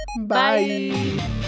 Bye